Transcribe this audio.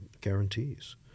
guarantees